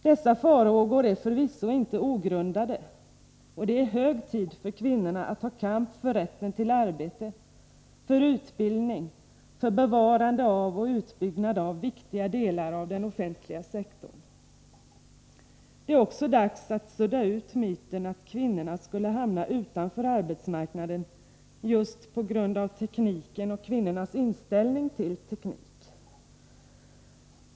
Dessa farhågor är förvisso inte ogrundade, och det är hög tid för kvinnorna att ta kamp för rätten till arbete, för utbildning och för bevarande och utbyggnad av viktiga delar av den offentliga sektorn. Det är också dags att sudda ut myten att kvinnorna skulle hamna utanför arbetsmarknaden just på grund av tekniken och kvinnornas inställning till teknik.